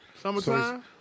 Summertime